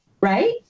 Right